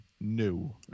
new